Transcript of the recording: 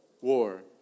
War